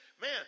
man